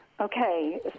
Okay